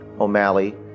o'malley